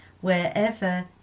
wherever